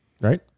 Right